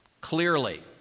Clearly